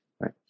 right